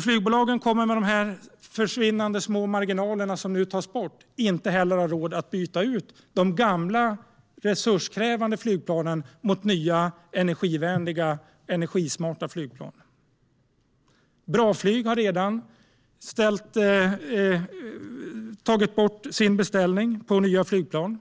Flygbolagen kommer med de försvinnande små marginaler som nu tas bort inte heller att ha råd att byta ut de gamla resurskrävande flygplanen mot nya energivänliga energismarta flygplan. Bra Flyg har redan dragit tillbaka sin beställning på nya flygplan.